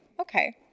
Okay